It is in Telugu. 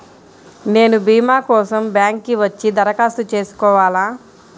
నేను భీమా కోసం బ్యాంక్కి వచ్చి దరఖాస్తు చేసుకోవాలా?